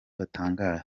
batangaza